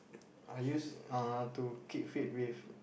are use are to keep fit with